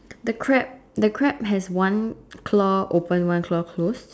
the crab the crab has one claw open one claw close